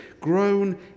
grown